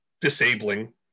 disabling